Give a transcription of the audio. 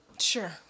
sure